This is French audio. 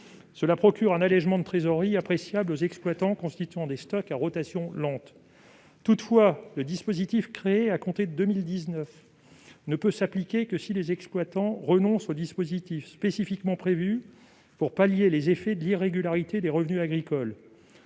Cela procure un allégement de trésorerie appréciable aux exploitants constituant des stocks à rotation lente. Toutefois, le dispositif créé à compter de 2019 ne peut s'appliquer que si les exploitants renoncent aux dispositifs spécifiquement prévus pour pallier les effets de l'irrégularité des revenus agricoles.